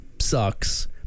sucks